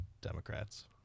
Democrats